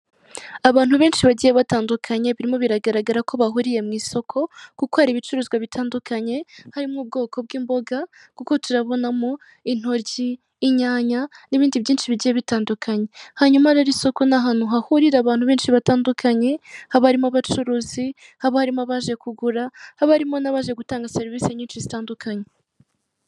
Abantu benshi bagiye batandukanye, birimo biragaragara ko bahuriye mu isoko, kuko hari ibicuruzwa bitandukanye harimo ubwoko bw'imboga kuko turabonamo intoki inyanya n'ibindi byinshi bigiye bitandukanye, hanyuma rero isoko n'ahantu hahurira abantu benshi batandukanye, hab harimo abacuruzi, haba harimo abaje kugura, haba harimo n'abaje gutanga serivisi nyinshi zitandukanye.